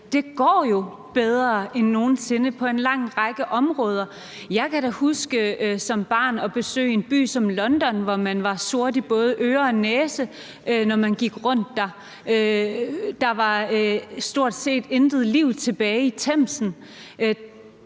det går jo bedre end nogen sinde på en lang række områder. Jeg kan da huske, da jeg som barn besøgte en by som London, hvor man var sort i både ører og næse, når man gik rundt der. Der var stort set intet liv tilbage i Themsen.